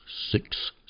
six